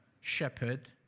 shepherd